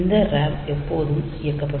இந்த RAM எப்போதும் இயக்கப்படும்